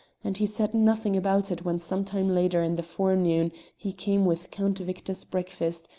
and he said nothing about it when some time later in the forenoon he came with count victor's breakfast,